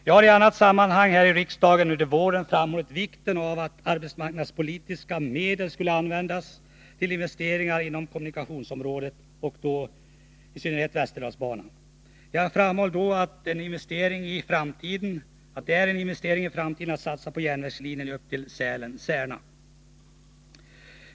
Jag har i annat sammanhang här i riksdagen under våren framhållit vikten av att arbetsmarknadspolitiska medel används till investeringar inom kommunikationsområdet och i synnerhet för västerdalsbanan. Jag framhöll då att det är en investering i framtiden att satsa på järnvägslinjen upp till Sälen och Särna.